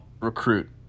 recruit